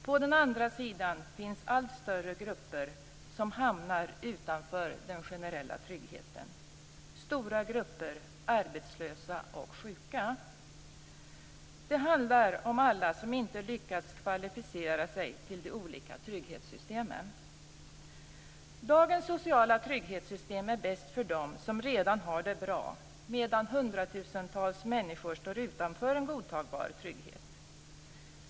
På den andra sidan finns allt större grupper som hamnar utanför den generella tryggheten - stora grupper arbetslösa och sjuka. Det handlar om alla som inte lyckats kvalificera sig till de olika trygghetssystemen. Dagens sociala trygghetssystem är bäst för dem som redan har det bra, medan hundratusentals människor står utanför en godtagbar trygghet.